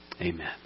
Amen